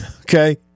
Okay